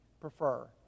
prefer